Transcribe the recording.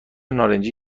نارنجی